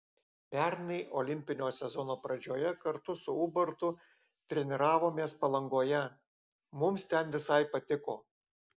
pernai olimpinio sezono pradžioje kartu su ubartu treniravomės palangoje mums ten visai patiko